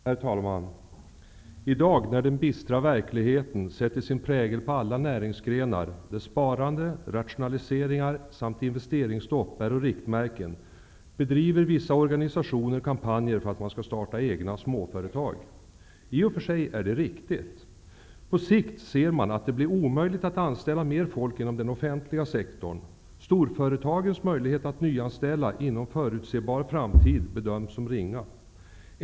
Herr talman! I dag när den bistra verkligheten sätter sin prägel på alla näringsgrenar, när sparande, rationaliseringar samt investeringsstopp är riktmärken, bedriver vissa organisationer kampanjer för att man skall starta egna småföretag. Det är i och för sig riktigt. På sikt ser vi att det blir omöjligt att anställa mer folk inom den offentliga sektorn. Storföretagens möjligheter att nyanställa inom förutsebar framtid bedöms som ringa.